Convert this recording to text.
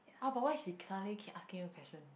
oh but why she suddenly keep asking you question